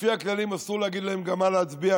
לפי הכללים גם אסור להגיד להם מה להצביע,